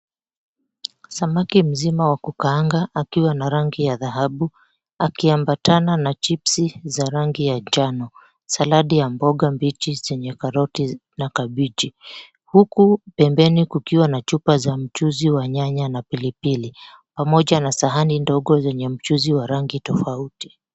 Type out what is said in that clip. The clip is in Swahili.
Samaki mzima wa kukaanga akiwa na rangi ya dhahabu akiambatana na chipsi za rangi ya njano, saladi ya mboga mbichi zenye karoti na kabichi huku pembeni kukiwa na chupa za mchuzi wa nyanya na pilipili pamoja na sahani ndogo zenye mchuzi wa rangi tofauti.